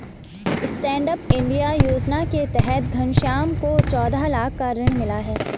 stand up India योजना के तहत घनश्याम को चौदह लाख का ऋण मिला है